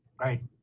right